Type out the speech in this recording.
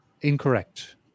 Incorrect